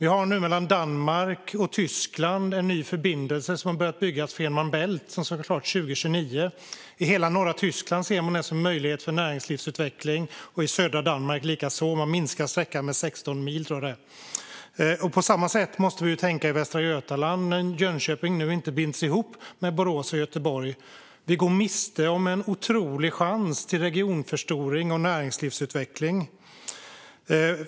Mellan Danmark och Tyskland har en ny förbindelse börjat byggas, Fehmarn Bält. Den ska vara klar 2029. I hela norra Tyskland och likaså södra Danmark ser man det som en möjlighet för näringslivsutveckling. Sträckan minskas med 16 mil, tror jag att det är. På samma sätt måste vi tänka i Västra Götaland. När Jönköping nu inte binds ihop med Borås och Göteborg går vi miste om en otrolig chans till regionförstoring och näringslivsutveckling.